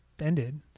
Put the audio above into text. ended